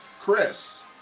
Chris